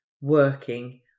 working